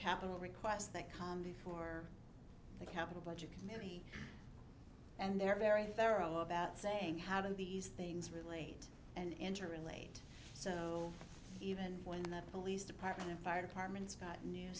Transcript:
capital requests that come before the capital budget committee and they're very thorough about saying how do these things relate and interrelate so even when the police department and fire departments got new